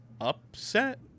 Upset